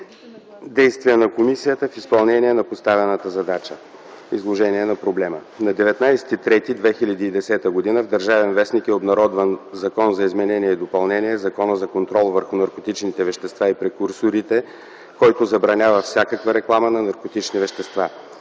Действия на комисията в изпълнение на поставената задача. Изложение на проблема: На 19 март 2010 г. в „Държавен вестник” е обнародван Закон за изменение и допълнение на Закона за контрол върху наркотичните вещества и прекурсорите, който забранява всякаква реклама на наркотични вещества.